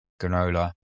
granola